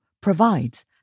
provides